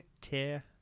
Tear